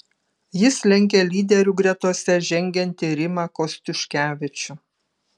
jis lenkia lyderių gretose žengiantį rimą kostiuškevičių